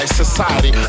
society